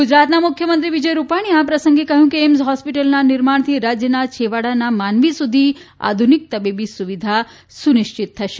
ગુજરાતના મુખ્યમંત્રી વિજય રૂપાણીએ આ પ્રસંગે કહ્યું કે એઇમ્સ હોસ્પિટલના નિર્માણથી રાજ્યના છેવાડાના માનવી સુધી આધુનિક તબીબી સુવિધા સુનિશ્ચિત થશે